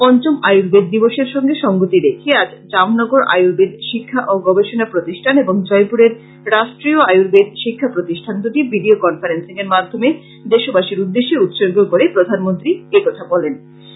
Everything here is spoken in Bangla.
পঞ্চম আয়ুর্বেদ দিবসের সঙ্গে সংগতি রেখে আজ জামনগর আয়ুর্বেদ শিক্ষা ও গবেষণা প্রতিষ্ঠান এবং জয়পুরের রাষ্ট্রীয় আয়ুর্বেদ শিক্ষা প্রতিষ্ঠান দুটি ভিডিও কনফারেন্সিংয়ের মাধ্যমে দেশবাসীর উদ্দেশ্যে উৎসর্গ করে প্রধানমন্ত্রী এ কথা বলেন